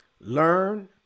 learn